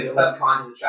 subconscious